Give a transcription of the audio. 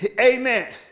Amen